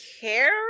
care